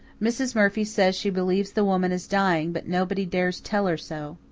mrs. murphy says she believes the woman is dying, but nobody dares tell her so.